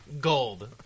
Gold